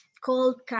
called